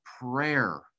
prayer